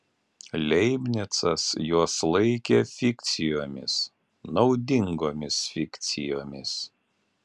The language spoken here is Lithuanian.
leibnicas juos laikė fikcijomis naudingomis fikcijomis